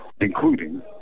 including